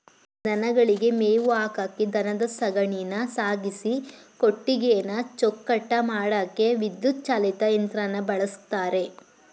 ದನಗಳಿಗೆ ಮೇವು ಹಾಕಕೆ ದನದ ಸಗಣಿನ ಸಾಗಿಸಿ ಕೊಟ್ಟಿಗೆನ ಚೊಕ್ಕಟ ಮಾಡಕೆ ವಿದ್ಯುತ್ ಚಾಲಿತ ಯಂತ್ರನ ಬಳುಸ್ತರೆ